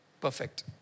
perfect